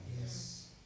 Yes